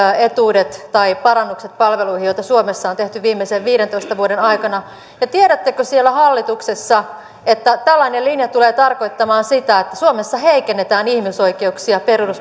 etuudet tai parannukset palveluihin joita suomessa on tehty viimeisen viidentoista vuoden aikana tiedättekö siellä hallituksessa että tällainen linja tulee tarkoittamaan sitä että suomessa heikennetään ihmisoikeuksia